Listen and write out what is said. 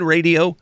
Radio